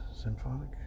symphonic